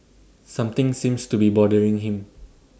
something seems to be bothering him